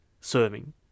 serving